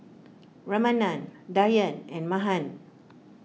Ramanand Dhyan and Mahan